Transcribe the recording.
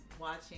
watching